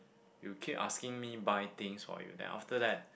you keep asking me buy things for you then after that